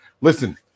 listen